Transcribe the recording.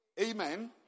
Amen